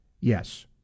Yes